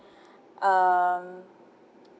um